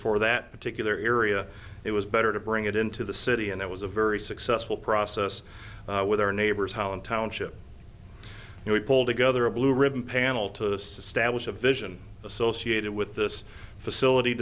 for that particular area it was better to bring it into the city and it was a very successful process with our neighbors holland township and we pulled together a blue ribbon panel to the stat was a vision associated with this facility